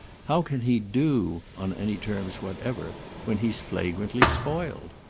how can he do' on any terms whatever when he's flagrantly spoiled?